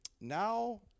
now